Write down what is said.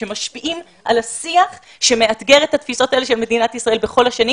שמשפיעים על השיח שמאתגר את התפיסות האלה של מדינת ישראל בכל השנים.